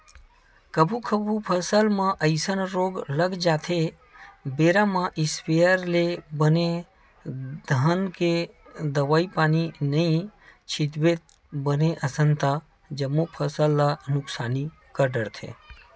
कभू कभू फसल म अइसन रोग लग जाथे बेरा म इस्पेयर ले बने घन के दवई पानी नइ छितबे बने असन ता जम्मो फसल ल नुकसानी कर डरथे